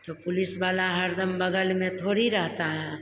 तो पुलिस वाला हर दम बगल में थोड़ी रहेता है